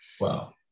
Wow